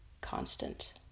constant